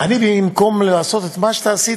במקום לעשות את מה שעשית,